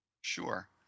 Sure